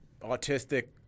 autistic